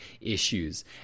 issues